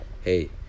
hey